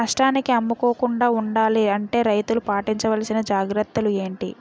నష్టానికి అమ్ముకోకుండా ఉండాలి అంటే రైతులు పాటించవలిసిన జాగ్రత్తలు ఏంటి